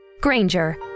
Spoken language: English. Granger